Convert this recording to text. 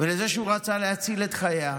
ולזה שהוא רצה להציל את חייה